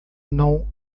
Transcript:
não